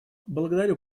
благодарю